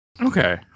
Okay